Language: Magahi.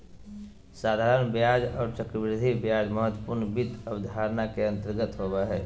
साधारण ब्याज आर चक्रवृद्धि ब्याज महत्वपूर्ण वित्त अवधारणा के अंतर्गत आबो हय